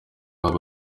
wabo